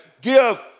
give